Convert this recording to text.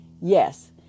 Yes